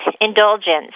indulgence